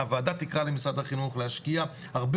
הוועדה תקרא למשרד החינוך להשקיע הרבה